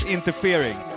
interfering